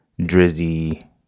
drizzy